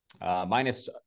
Minus